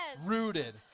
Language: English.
Rooted